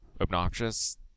obnoxious